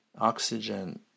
oxygen